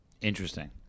Interesting